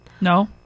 no